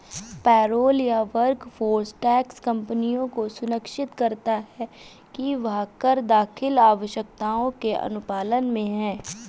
payroll या workforce tax कंपनियों को सुनिश्चित करता है कि वह कर दाखिल आवश्यकताओं के अनुपालन में है